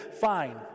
Fine